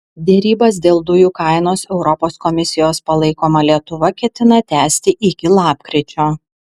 derybas dėl dujų kainos europos komisijos palaikoma lietuva ketina tęsti iki lapkričio